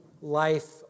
life